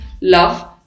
love